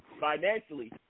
Financially